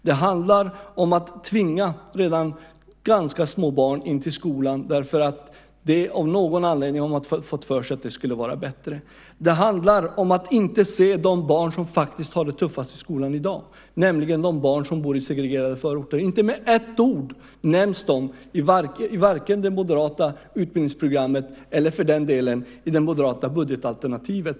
Det handlar om att tvinga redan ganska små barn till skolan därför att man av någon anledning har fått för sig att det skulle vara bättre. Det handlar om att inte se de barn som faktiskt har det tuffast i skolan i dag, nämligen de barn som bor i segregerade förorter. Inte med ett ord nämns de i vare sig det moderata utbildningsprogrammet eller det moderata budgetalternativet.